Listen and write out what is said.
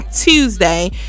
tuesday